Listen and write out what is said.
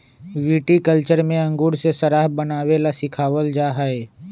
viticulture में अंगूर से शराब बनावे ला सिखावल जाहई